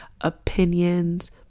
opinions